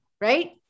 right